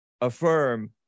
affirm